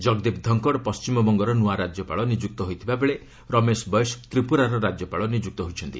ଜଗଦୀପ ଧଙ୍କଡ଼ ପଣ୍ଟିମବଙ୍ଗର ନ୍ତଆ ରାଜ୍ୟପାଳ ନିଯୁକ୍ତ ହୋଇଥିବା ବେଳେ ରମେଶ ବୈଶ୍ ତ୍ରିପୁରାର ରାଜ୍ୟପାଳ ନିଯୁକ୍ତ ହୋଇଛନ୍ତି